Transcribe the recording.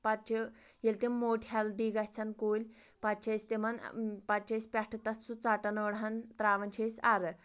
پَتہٕ چھِ ییٚلہِ تِم موٚٹۍ ہٮ۪لدی گژھان کُلۍ پَتہٕ چھِ أسۍ تِمَن پَتہٕ چھِ أسۍ پٮ۪ٹھٕ تَتھ سُہ ژٹان أڑ ہن ترٛاوان چھِ أسۍ اَرٕ